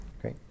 Great